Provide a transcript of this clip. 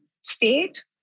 state